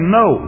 no